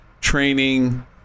training